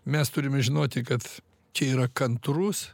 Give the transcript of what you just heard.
mes turime žinoti kad čia yra kantrus